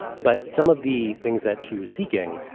but some of the things that she was seeking,